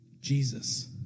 Jesus